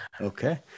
Okay